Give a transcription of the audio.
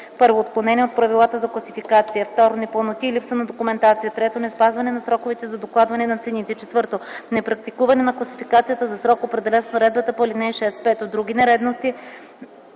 1. отклонения от правилата за класификация; 2. непълноти и липса на документация; 3. неспазване на сроковете за докладване на цените; 4. непрактикуване на класификацията за срок, определен с наредбата по ал. 6; 5. други нередности,